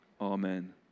Amen